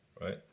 right